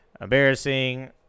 embarrassing